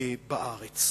בארץ.